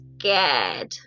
scared